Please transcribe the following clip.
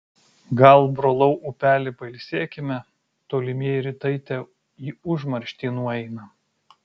gal brolau upeli pailsėkime tolimieji rytai te į užmarštį nueina